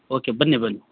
okay ಬನ್ನಿ ಬನ್ನಿ